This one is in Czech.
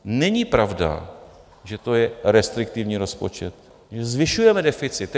Není pravda, že to je restriktivní rozpočet, že zvyšujeme deficit.